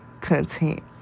content